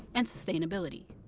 and sustainability.